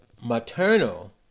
maternal